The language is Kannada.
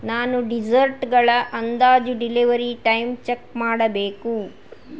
ನಾನು ಡಿಸರ್ಟ್ಗಳ ಅಂದಾಜು ಡೆಲಿವರಿ ಟೈಮ್ ಚೆಕ್ ಮಾಡಬೇಕು